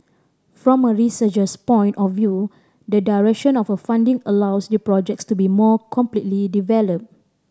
from a researcher's point of view the duration of a funding allows the projects to be more completely develop